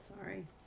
sorry